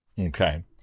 Okay